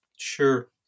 Sure